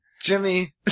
Jimmy